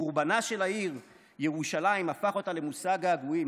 חורבנה של העיר ירושלים הפך אותה למושא געגועים,